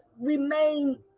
remain